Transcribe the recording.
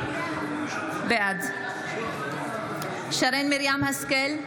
בעד שרן מרים השכל,